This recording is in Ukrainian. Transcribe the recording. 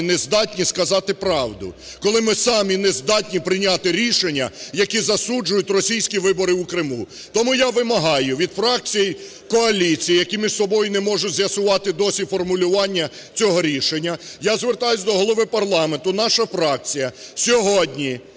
не здатні сказати правду, коли ми самі не здатні прийняти рішення, які засуджують російські вибори у Криму. Тому я вимагаю від фракцій коаліції, які між собою не можуть з'ясувати й досі формулювання цього рішення, я звертаюсь до Голови парламенту, наша фракція: сьогодні